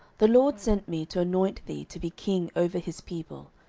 the lord sent me to anoint thee to be king over his people,